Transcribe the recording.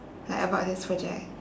like about this project